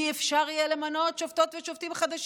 לא יהיה אפשר למנות שופטות ושופטים חדשים.